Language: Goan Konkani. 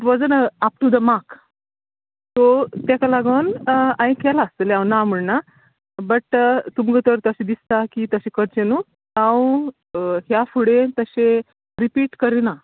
was on up to the mark so तेका लागून हांवें केला आसतले हांव ना म्हण्णा बट तुमकां जर तशे दिसता की तशे करचे न्हू हांव ह्या फुडें तशे रिपीट करिना